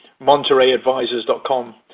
montereyadvisors.com